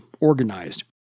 organized